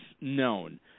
known